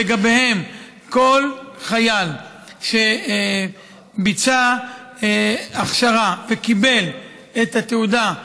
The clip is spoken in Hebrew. לגביהם כל חייל שביצע הכשרה וקיבל את התעודה,